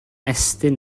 estyn